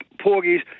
porgies